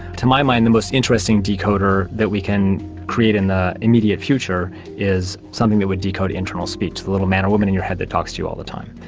to my mind, the most interesting decoder that we can create in the immediate future is something that would decode internal speech, the little man or woman in your head that talks to you all the time.